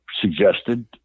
suggested